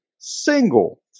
single